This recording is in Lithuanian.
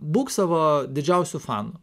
būk savo didžiausiu fanu